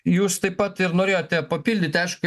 jūs taip pat ir norėjote papildyti aišku